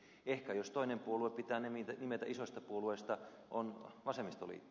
ehkä jos toinen puolue pitää nimetä isoista puolueista se on vasemmistoliitto